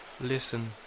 Listen